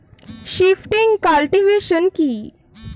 Shifting cultivation কি?